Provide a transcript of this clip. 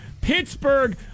Pittsburgh